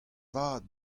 vat